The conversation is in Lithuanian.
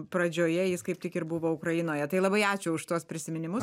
pradžioje jis kaip tik ir buvo ukrainoje tai labai ačiū už tuos prisiminimus